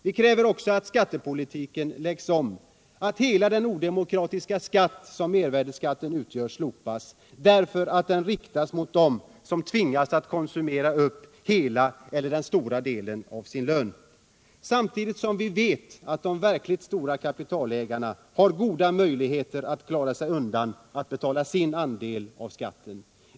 Vi kräver också att skattepolitiken läggs om, att hela den odemokratiska skatt som mervärdeskatten utgör slopas, därför att den är riktad mot dem som tvingas att konsumera upp hela eller största delen av sin lön. Samtidigt vet vi att de verkligt stora kapitalägarna har goda möjligheter att klara sig undan att betala sin andel av skatten.